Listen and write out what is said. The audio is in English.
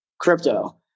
crypto